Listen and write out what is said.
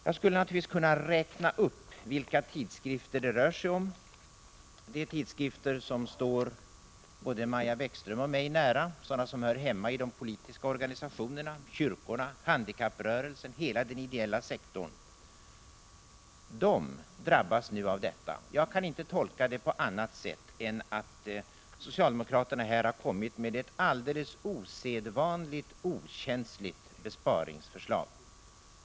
Jag skulle naturligtvis kunna räkna upp vilka tidskrifter det rör sig om. Det är tidskrifter som står både Maja Bäckström och mig nära, sådana som hör hemma i de politiska organisationerna, kyrkorna, handikapprörelsen, ja, i hela den ideella sektorn. De drabbas nu av denna förändring. Jag kan inte tolka det på annat sätt än att socialdemokraterna här har kommit med ett alldeles osedvanligt okänsligt besparingsförslag.